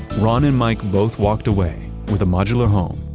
ron and mike both walked away with a modular home,